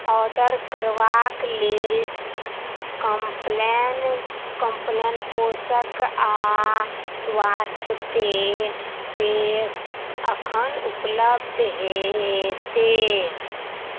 order करबाक लेल Complan Complan पोषण आओर स्वास्थ्य पे पे एखन उपलब्ध हेतय